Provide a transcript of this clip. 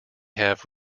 have